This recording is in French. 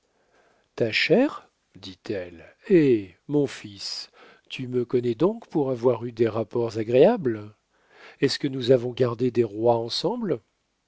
ta chère dit-elle hé mon fils tu me connais donc pour avoir eu des rapports agréables est-ce que nous avons gardé des rois ensemble